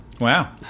Wow